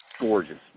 gorgeous